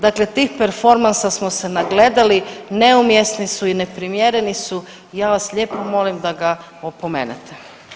Dakle tih performansa smo se nagledali, neumjesni su i neprimjereni su, ja vas lijepo molim da ga opomenete.